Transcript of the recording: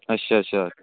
ਅੱਛਾ ਅੱਛਾ